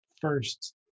first